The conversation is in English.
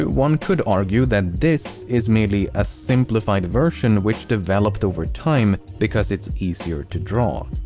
one could argue that this is merely a simplified version which developed over time because it's easier to draw.